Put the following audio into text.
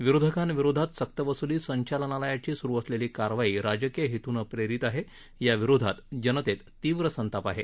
विरोधकांविरोधात सक्तव्सली संचालनालयाची सुरु असलेली कारवाई राजकीय हेतूनं प्रेरीत आहे याविरोधात जनतेत तीव्र संताप आहे